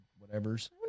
whatever's